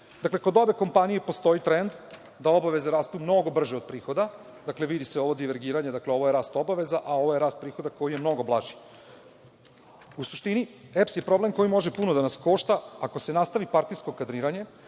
Dakle, kod obe kompanije postoji trend da obaveze rastu mnogo brže od prihoda. Dakle, vidi se ovo divergiranje, dakle ovo je rast obaveza, a ovo je rast prihoda koji je mnogo blaži.U suštini EPS je problem koji može puno da nas košta ako se nastavi partijsko kadriranje,